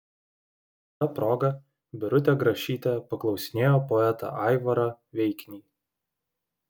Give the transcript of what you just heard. ta proga birutė grašytė paklausinėjo poetą aivarą veiknį